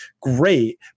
great